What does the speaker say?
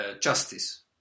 justice